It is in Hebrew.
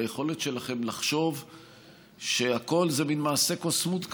ביכולת שלכם לחשוב שהכול זה מעין מעשה קוסמות כזה,